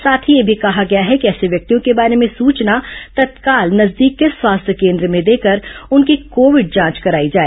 साथ ही यह भी कहा गया है कि ऐसे व्यक्तियों के बारे में सूचना तत्काल नजदीक के स्वास्थ्य केन्द्र में देकर उनकी कोविड जांच कराई जाए